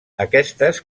aquestes